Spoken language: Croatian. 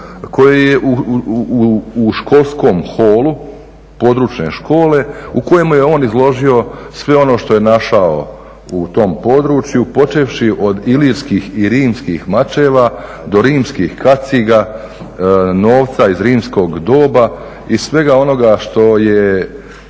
koji je u školskom holu područne škole u kojemu je on izložio sve ono što je našao u tom području, počevši od Ilirskih i Rimskih mačeva do Rimskih kaciga, novca iz rimskog doba i svega onoga što je,